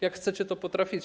Jak chcecie, to potraficie.